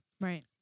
right